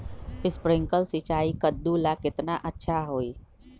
Sprinkler सिंचाई कददु ला केतना अच्छा होई?